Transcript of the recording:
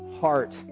heart